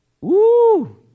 Woo